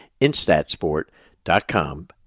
instatsport.com